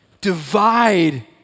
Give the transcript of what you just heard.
Divide